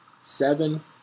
seven